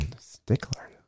Stickler